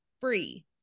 free